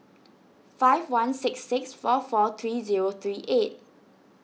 five one six six four four three zero three eight